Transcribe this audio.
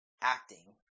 acting